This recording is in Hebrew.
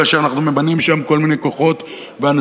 כאשר אנחנו ממנים שם כל מיני כוחות באנשים,